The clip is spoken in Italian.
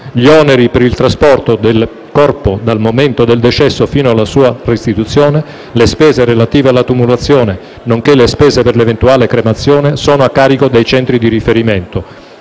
Gli oneri per il trasporto del corpo dal momento del decesso fino alla sua restituzione, le spese relative alla tumulazione, nonché le spese per l'eventuale cremazione sono a carico dei centri di riferimento.